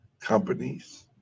companies